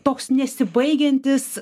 toks nesibaigiantis